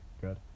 good